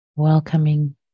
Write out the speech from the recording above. Welcoming